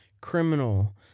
criminal